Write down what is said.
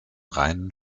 reinen